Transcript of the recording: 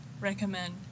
recommend